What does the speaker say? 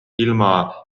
ilma